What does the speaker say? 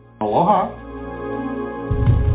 Aloha